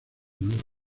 nueva